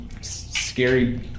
scary